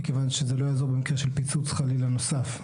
מכיוון שזה לא יעזור במקרה של פיצוץ חלילה נוסף.